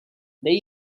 they